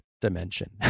dimension